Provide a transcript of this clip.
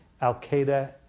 al-Qaeda